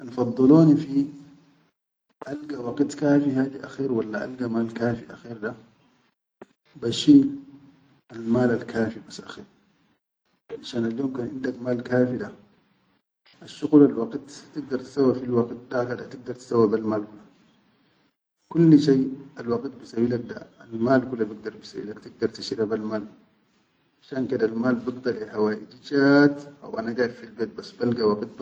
Kan faddaloni fi alga waqit kafi hadi akher walla alga mal kafi hadi akher da, bashil almal alkafi bas akher, finshan alyom kan indak mal kafi da asshuqulal waqit tigdar tisawwa filwaqid daka da tigdar tisawwabel mal kula, kulli shai al waqit bisawwii lek da almaal kula bikdar bisawwi lek, tigdar tishira bel maal shan kedal mal biqda lai hawiji chat haw ana gaid fil bet bas.